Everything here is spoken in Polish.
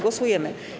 Głosujemy.